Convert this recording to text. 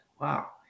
wow